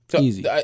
Easy